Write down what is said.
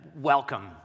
welcome